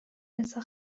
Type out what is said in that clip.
رضا